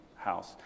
House